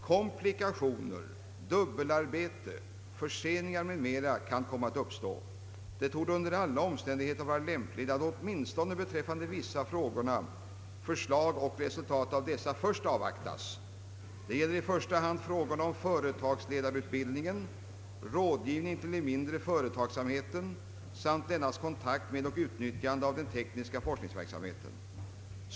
Komplikationer, dubbelarbete, förseningar m.m. kan komma att uppstå. Det torde under alla omständigheter vara lämpligt att åtminstone beträffande vissa av frågorna förslag och resultat av dessa först avvaktas. Detta gäller i första hand frågorna om företagsledareutbildningen, rådgivningen till den mindre företagsamheten samt dennas kontakt med utnyttjande av den tekniska forskningsverksamheten.